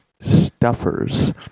stuffers